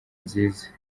nziza